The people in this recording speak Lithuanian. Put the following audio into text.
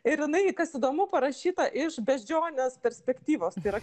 ir jinai kas įdomu parašyta iš beždžionės perspektyvos tai yra